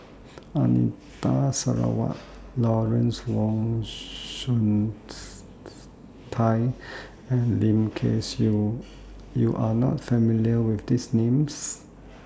Anita Sarawak Lawrence Wong Shyun Tsai and Lim Kay Siu YOU Are not familiar with These Names